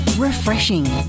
Refreshing